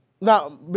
now